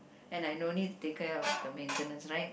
and I no need to taken out the maintenance right